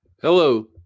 Hello